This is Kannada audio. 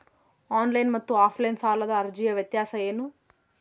ಆನ್ಲೈನ್ ಮತ್ತು ಆಫ್ಲೈನ್ ಸಾಲದ ಅರ್ಜಿಯ ವ್ಯತ್ಯಾಸ ಏನು?